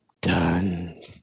done